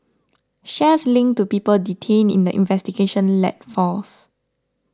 shares linked to people detained in the investigation led falls